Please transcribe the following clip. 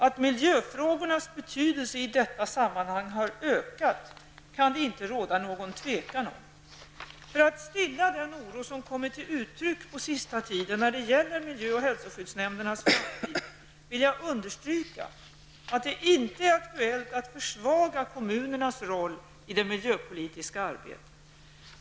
Att miljöfrågornas betydelse i detta sammanhang har ökat kan det inte råda något tvivel om. För att stilla den oro som kommit till uttryck på sista tiden när det gäller miljö och hälsoskyddsnämndernas framtid vill jag understryka att det inte är aktuellt att försvaga kommunernas roll i det miljöpolitiska arbetet.